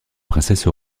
princesse